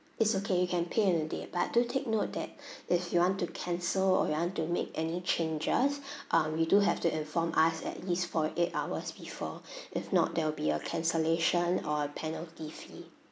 it's okay you can pay on the day but do take note that if you want to cancel or you want to make any changes um you do have to inform us at least forty eight hours before if not there will be a cancellation or a penalty fee